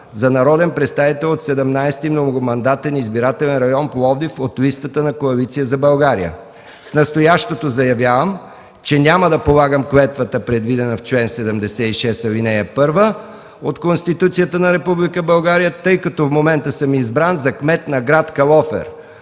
за народен представител от 17. многомандатен избирателен район, Пловдив, от листата на Коалиция за България. С настоящото заявявам, че няма да полагам клетвата, предвидена в чл. 76, ал. 1 от Конституцията на Република България, тъй като в момента съм избран за кмет на град Калофер,